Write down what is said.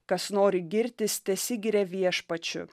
kas nori girtis tesiskiria viešpačiu